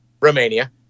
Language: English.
romania